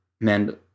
men